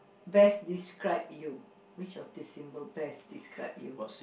best describe you